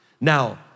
Now